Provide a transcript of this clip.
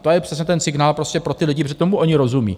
To je přesně ten signál prostě pro ty lidi, protože tomu oni rozumí.